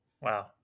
Wow